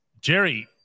Jerry